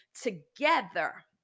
together